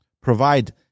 provide